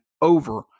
over